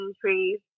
trees